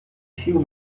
sił